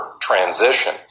transition